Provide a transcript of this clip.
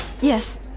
Yes